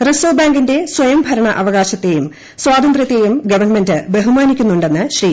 reserve ബാങ്കിന്റെ സ്വയം ഭരണവകാശത്തെയും സ്വാതന്ത്ര്യത്തെയും ഗവൺമെന്റ് ബഹുമാനിക്കുന്നുണ്ടെന്ന് ശ്രീ